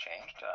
changed